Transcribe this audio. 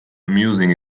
amusing